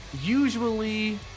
Usually